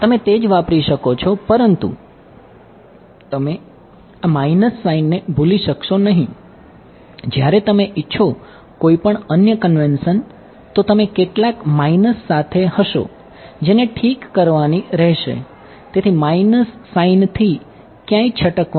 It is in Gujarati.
તમે તે જ વાપરી શકો છો પરંતુ તમે આ માઇનસ નથી